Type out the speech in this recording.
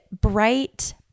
bright